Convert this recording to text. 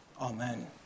Amen